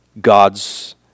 God's